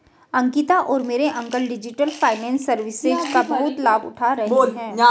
अंकिता और मेरे uncle digital finance services का बहुत लाभ उठा रहे हैं